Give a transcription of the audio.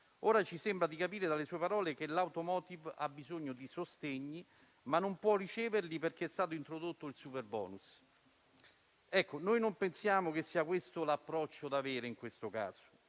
Ora ci sembra di capire dalle sue parole che l'*automotive* ha bisogno di sostegni, ma non può riceverli perché è stato introdotto il superbonus. Noi non pensiamo che sia questo l'approccio da avere in detto caso.